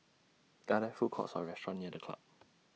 Are There Food Courts Or restaurants near The Club